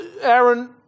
Aaron